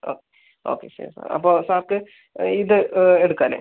ആ ഓക്കെ ശരി സാർ അപ്പോൾ സാർക്ക് ഇത് എടുക്കാം അല്ലേ